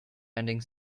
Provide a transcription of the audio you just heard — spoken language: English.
ending